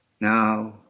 now,